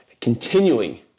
continuing